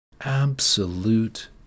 absolute